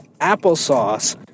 applesauce